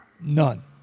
None